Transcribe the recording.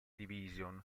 division